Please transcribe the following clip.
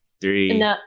Three